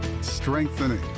strengthening